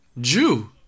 Jew